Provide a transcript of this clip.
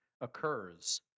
occurs